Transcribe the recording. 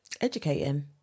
educating